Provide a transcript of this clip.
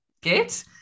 get